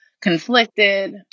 conflicted